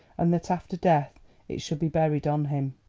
and that after death it should be buried on him.